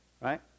Right